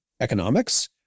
economics